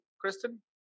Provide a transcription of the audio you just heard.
Kristen